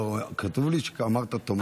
לא, כתוב לי שאתה אמרת תמטו.